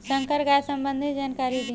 संकर गाय संबंधी जानकारी दी?